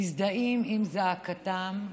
מזדהים עם זעקתם,